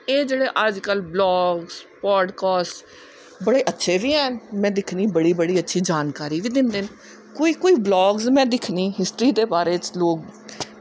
एह् अज्ज कल जेह्ड़े बलॉगस ब्रॉड़कासट बड़े अच्चे बी हैन में दिक्खनीं बड़ी बड़ी अच्छी जीनकारी बी दिंदे कोई कोई बलॉगस में दिक्खनीं हिस्ट्री दे बारे च